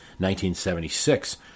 1976